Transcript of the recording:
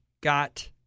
got